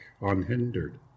unhindered